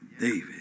David